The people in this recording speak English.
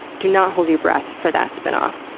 do not hold your breath for that spinoff.